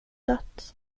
dött